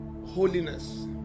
Holiness